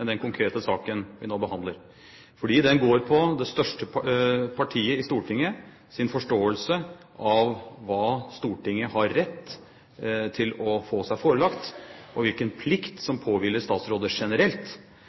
enn den konkrete saken vi nå behandler, fordi den går på forståelsen til det største partiet i Stortinget av hva Stortinget har rett til å få seg forelagt, og hvilken plikt som påhviler statsråder generelt.